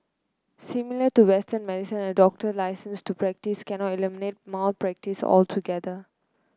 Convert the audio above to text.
similar to Western medicine a doctor's licence to practise cannot eliminate malpractice altogether